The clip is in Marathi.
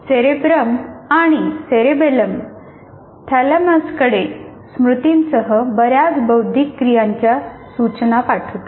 सेरेब्रम आणि सेरेबेलम थॅलॅमसकडे स्मृतींसह बऱ्याच बौद्धिक क्रियांच्या सूचना पाठवतात